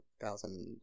thousand